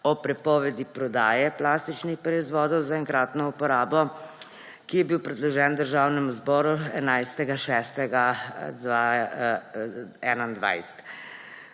o prepovedi prodaje plastičnih proizvodov za enkratno uporabo, ki je bil predložen Državnemu zboru 11. 6. 2021.